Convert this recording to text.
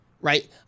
Right